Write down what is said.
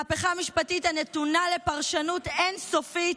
מהפכה משפטית הנתונה לפרשנות אין-סופית,